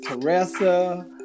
Teresa